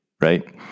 Right